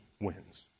wins